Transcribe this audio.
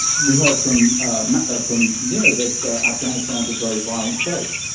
we heard from ah ah from nir that afghanistan is a very violent place.